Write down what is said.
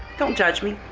don't judge me.